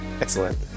Excellent